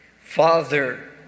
Father